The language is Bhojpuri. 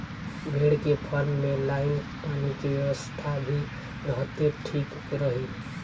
भेड़ के फार्म में लाइन पानी के व्यवस्था भी रहे त ठीक रही